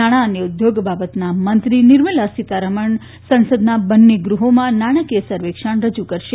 નાણાં અને ઉદ્યોગ બાબતના મંત્રી નિર્મલા સીતારમણ સંસદના બંને ગૃહોમાં નાણાકીય સર્વેક્ષણ રજ્જ કરશે